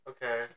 Okay